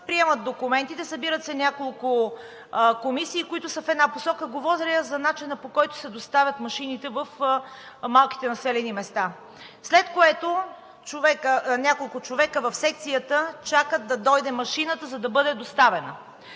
приемат документите, събират се няколко комисии, които са в една посока. Говоря за начина, по който се доставят машините в малките населени места. След което няколко човека в секцията чакат да дойде машината, за да бъде доставена.